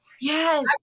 Yes